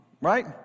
Right